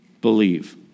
Believe